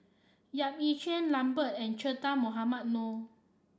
Yap Ee Chian Lambert and Che Dah Mohamed Noor